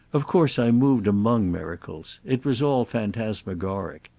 of course i moved among miracles. it was all phantasmagoric.